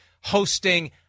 hosting